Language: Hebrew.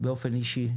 באופן אישי,